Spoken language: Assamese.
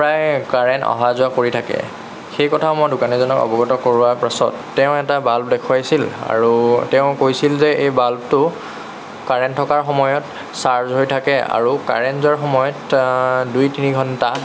প্ৰায় কাৰেণ্ট অহা যোৱা কৰি থাকে সেই কথা মই দোকানীজনক অৱগত কৰোৱাৰ পাছত তেওঁ এটা বাল্ব দেখুৱাইছিল আৰু তেওঁ কৈছিল যে এই বাল্বটো কাৰেণ্ট থকাৰ সময়ত ছাৰ্জ হৈ থাকে আৰু কাৰেণ্ট যোৱা সময়ত দুই তিনি ঘণ্টা